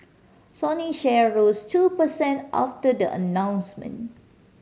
Sony share rose two per cent after the announcement